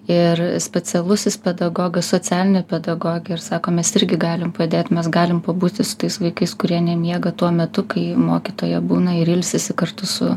ir specialusis pedagogas socialinė pedagogė ir sako mes irgi galim padėt mes galim pabūti su tais vaikais kurie nemiega tuo metu kai mokytoja būna ir ilsisi kartu su